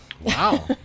Wow